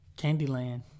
Candyland